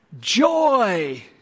joy